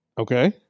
Okay